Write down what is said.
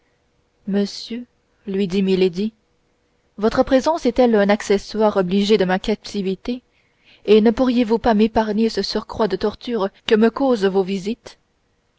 monsieur lui dit milady votre présence est-elle un accessoire obligé de ma captivité et ne pourriez-vous pas m'épargner ce surcroît de tortures que me causent vos visites